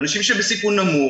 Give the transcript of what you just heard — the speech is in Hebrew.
לאנשים שבסיכון נמוך.